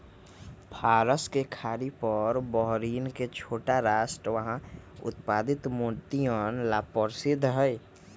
फारस के खाड़ी पर बहरीन के छोटा राष्ट्र वहां उत्पादित मोतियन ला प्रसिद्ध हई